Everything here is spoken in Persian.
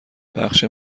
بخش